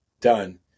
done